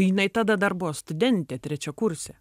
jinai tada dar buvo studentė trečiakursė